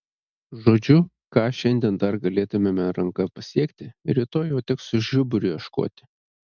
žodžiu ką šiandien dar galėtumėme ranka pasiekti rytoj jau teks su žiburiu ieškoti